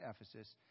Ephesus